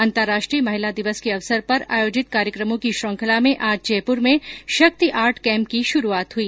अंतर्राष्ट्रीय महिला दिवस के अवसर पर आयोजित कार्यक्रमों की श्रृंखला मे आज जयप्र में शक्ति आर्ट कैम्प की शुरूआत हुई